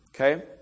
okay